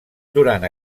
durant